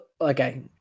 okay